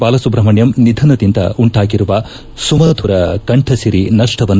ಬಾಲಸುಬ್ರಹಣ್ಣಂ ನಿಧನದಿಂದ ಉಂಟಾಗಿರುವ ಸುಮಧುರ ಕಂಠಸಿರಿ ನಷ್ಷವನ್ನು